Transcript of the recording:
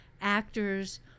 actors